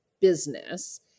business